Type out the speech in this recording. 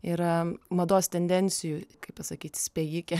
yra mados tendencijų kaip pasakyt spėjikė